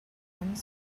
one